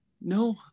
no